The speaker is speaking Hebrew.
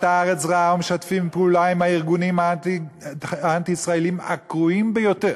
הארץ רעה ומשתפים פעולה עם הארגונים האנטי-ישראליים הגרועים ביותר,